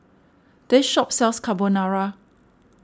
this shop sells Carbonara